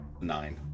Nine